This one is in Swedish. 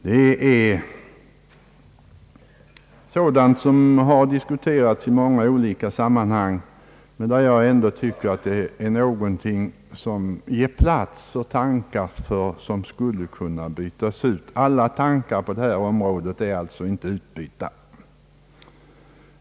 Det är sådant som har diskuterats i många olika sammanhang, men där jag ändå tycker att det borde finnas plats för ett utbyte av tankar. Alla tankar på detta område är alltså inte utbytta.